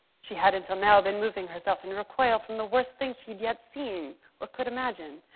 she had until now, been moving herself in recoil from the worst thing she'd yet seen or could imagine,